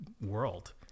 world